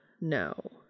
no